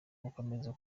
gukomeza